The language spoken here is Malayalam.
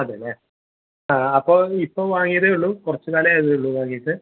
അതേല്ലെ ആ അപ്പം ഇപ്പോൾ വാങ്ങീതേ ഉള്ളു കുറച്ച് കാലായതേ ഉള്ളു വാങ്ങീട്ട്